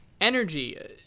energy